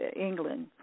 England